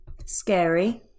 Scary